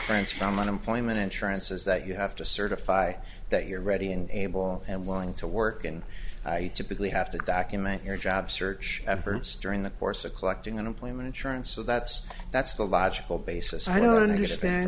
inference from unemployment insurance is that you have to certify that you're ready and able and willing to work and i typically have to document your job search efforts during the course of collecting unemployment insurance so that's that's the logical basis i don't understand